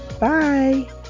Bye